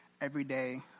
everyday